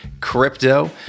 crypto